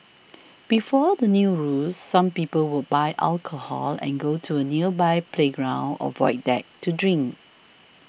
before the new rules some people would buy alcohol and go to a nearby playground or void deck to drink